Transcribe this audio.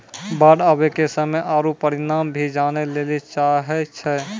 बाढ़ आवे के समय आरु परिमाण भी जाने लेली चाहेय छैय?